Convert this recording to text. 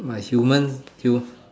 like human Hu~